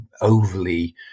overly